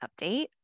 update